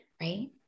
right